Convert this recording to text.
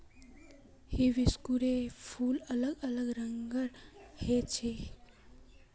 हिबिस्कुसेर फूल अलग अलग रंगेर ह छेक